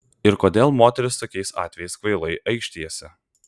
ir kodėl moterys tokiais atvejais kvailai aikštijasi